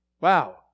Wow